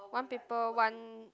one paper one